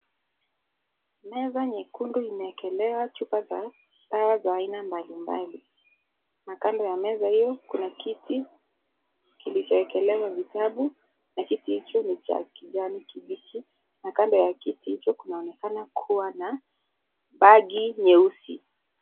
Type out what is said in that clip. Meza nyekundu imeekelewa chupa za dawa za aina mbali mbali na kando ya meza hiyo kuna kiti kilichoekelwa vitabu na kiti hicho ni cha kijani kibichi na kando ya kiti hicho kinaonekana kuwa na bagi nyeusi.